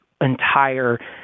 entire